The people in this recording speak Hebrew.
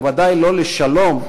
ובוודאי לא לשלום,